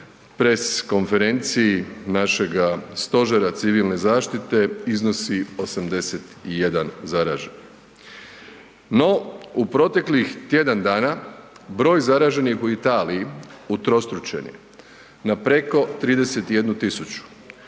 press konferenciji našega stožera civilne zaštite iznosi 81 zaraženi. No, u proteklih tjedan dana broj zaraženih u Italiji utrostručen je na preko 31.000, u